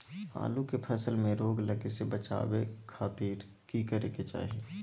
आलू के फसल में रोग लगे से बचावे खातिर की करे के चाही?